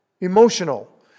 emotional